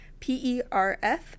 PERF